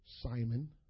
Simon